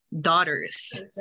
daughters